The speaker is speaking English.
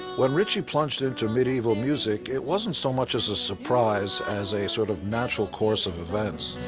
when ritchie plunged into medieval music, it wasn't so much as a surprise as a sort of natural course of events.